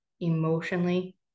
emotionally